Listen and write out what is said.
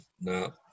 No